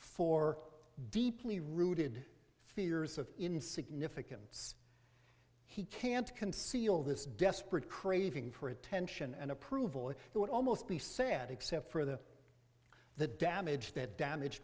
for deeply rooted fears of in significance he can't conceal this desperate craving for attention and approval that would almost be sad except for the the damage that damage